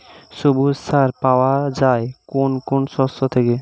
সবুজ সার পাওয়া যায় কোন কোন শস্য থেকে?